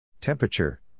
Temperature